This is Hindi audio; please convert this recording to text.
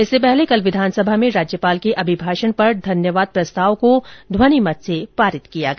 इससे पहले कल विधानसभा में राज्यपाल के अभिभाषण पर धन्यवाद प्रस्ताव को ध्वनिमत से पारित किया गया